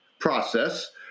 process